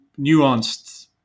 nuanced